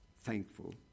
thankful